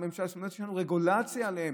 מהממשלה, זאת אומרת שיש לנו רגולציה עליהן.